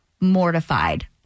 mortified